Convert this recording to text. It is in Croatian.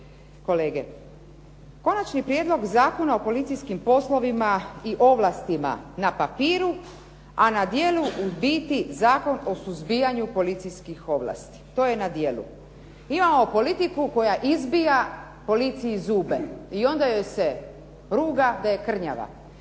kolege. Konačni prijedlog Zakona o policijskim poslovima i ovlastima na papiru, a na djelu u biti zakon o suzbijanju policijskih ovlasti to je na djelu. Imamo politiku koja izbija policiji zube i onda joj se ruga da je krnjava.